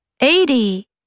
eighty